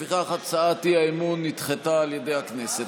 לפיכך, הצעת האי-אמון נדחתה על ידי הכנסת.